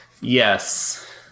Yes